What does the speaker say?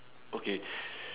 okay